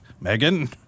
megan